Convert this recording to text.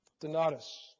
Donatus